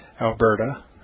Alberta